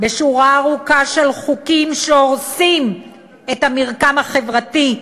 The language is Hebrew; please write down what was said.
בשורה ארוכה של חוקים שהורסים את המרקם החברתי,